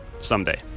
someday